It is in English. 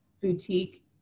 boutique